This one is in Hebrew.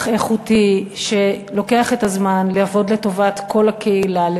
איכותי שלוקח את הזמן לעבוד לטובת כל הקהילה,